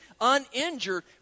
uninjured